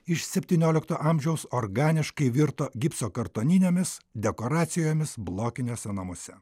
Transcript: iš septyniolikto amžiaus organiškai virto gipso kartoninėmis dekoracijomis blokiniuose namuose